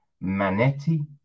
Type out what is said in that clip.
Manetti